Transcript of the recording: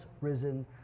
risen